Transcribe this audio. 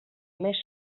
més